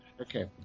Okay